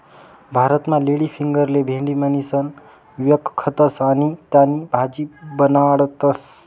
भारतमा लेडीफिंगरले भेंडी म्हणीसण व्यकखतस आणि त्यानी भाजी बनाडतस